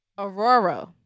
Aurora